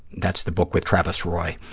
that's the book with travis roy,